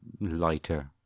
lighter